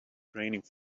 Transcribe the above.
draining